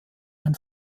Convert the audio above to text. ein